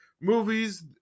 movies